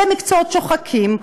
במקצועות שוחקים,